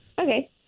Okay